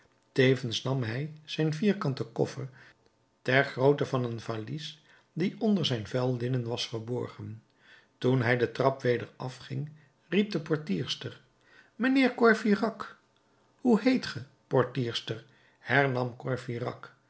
tevens nam hij een vierkanten koffer ter grootte van een valies die onder zijn vuil linnen was verborgen toen hij de trap weder afging riep de portierster mijnheer de courfeyrac hoe heet ge